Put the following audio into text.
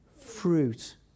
fruit